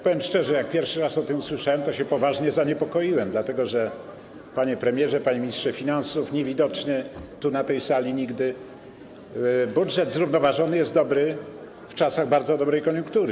Powiem szczerze, jak pierwszy raz o tym usłyszałem, to się poważnie zaniepokoiłem, dlatego że, panie premierze, panie ministrze finansów niewidoczny nigdy na tej sali, budżet zrównoważony jest dobry w czasach bardzo dobrej koniunktury.